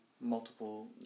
multiple